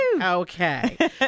Okay